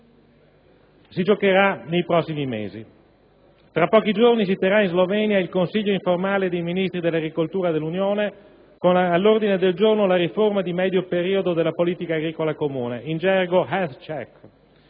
si giocherà nei prossimi mesi. Tra pochi giorni si terrà in Slovenia il Consiglio informale dei Ministri dell'agricoltura dell'Unione, con all'ordine del giorno la riforma di medio periodo della Politica agricola comune. In quella sede